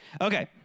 Okay